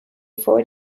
four